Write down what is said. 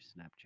Snapchat